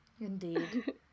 indeed